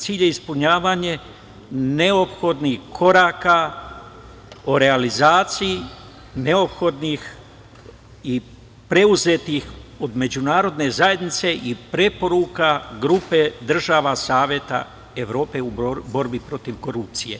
Cilj je ispunjavanje neophodnih koraka o realizaciji neophodnih i preuzetih od međunarodne zajednice i preporuka grupe država Saveta Evrope u borbi protiv korupcije.